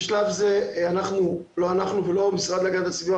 בשלב זה לא אנחנו ולא המשרד להגנת הסביבה